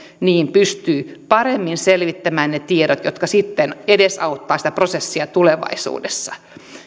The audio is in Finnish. pystyy paremmin selvittämään ne tiedot jotka sitten edesauttaa sitä prosessia tulevaisuudessa